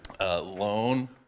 loan